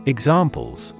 Examples